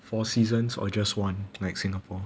four seasons or just one like singapore